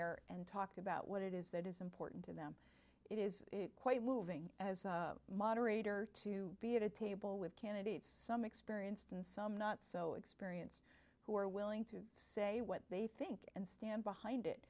air and talked about what it is that is important to them it is quite moving as a moderator to be at a table with candidates some experienced and some not so experience who are willing to say what they think and stand behind it